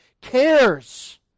cares